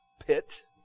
pit